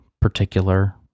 particular